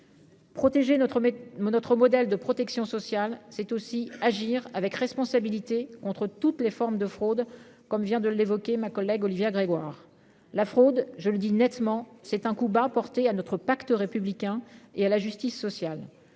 nous notre modèle de protection sociale c'est aussi agir avec responsabilité contre toutes les formes de fraude comme vient de l'évoquer ma collègue Olivia Grégoire la fraude, je le dis nettement, c'est un coup bas porté à notre pacte républicain et à la justice sociale,